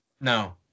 No